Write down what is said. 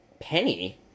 Penny